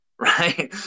right